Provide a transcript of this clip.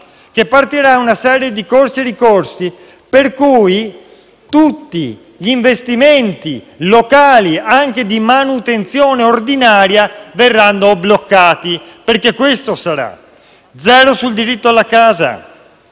che partiranno una serie di corsi e ricorsi per cui tutti gli investimenti locali, anche di manutenzione ordinaria, verranno bloccati. Questo accadrà. Zero sul diritto alla casa,